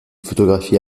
photographies